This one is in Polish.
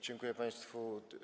Dziękuję państwu.